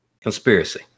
Conspiracy